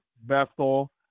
Bethel